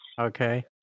Okay